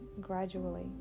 gradually